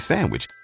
Sandwich